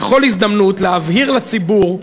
בכל הזדמנות, להבהיר לציבור,